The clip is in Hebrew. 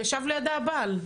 ישב לידה הבעל,